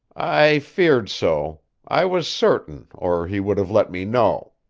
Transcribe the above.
i feared so i was certain, or he would have let me know.